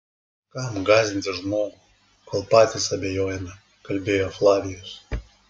kam gąsdinti žmogų kol patys abejojame kalbėjo flavijus